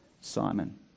Simon